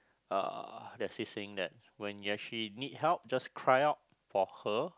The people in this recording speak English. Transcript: uh there's this saying that when you actually need help just cry out for her